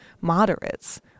moderates